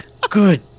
good